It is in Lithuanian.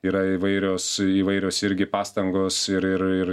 yra įvairios įvairios irgi pastangos ir ir ir